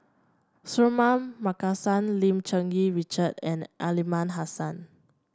Suratman Markasan Lim Cherng Yih Richard and Aliman Hassan